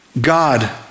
God